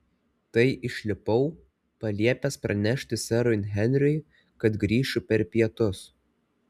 tai išlipau paliepęs pranešti serui henriui kad grįšiu per pietus